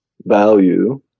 value